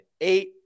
eight